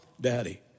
Daddy